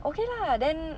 okay lah then